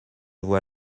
vois